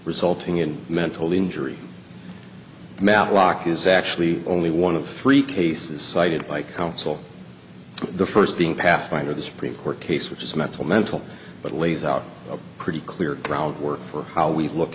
resulting in mental injury matlock is actually only one of three cases cited by counsel the first being pathfinder the supreme court case which is mental mental but lays out a pretty clear groundwork for how we look